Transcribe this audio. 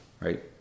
Right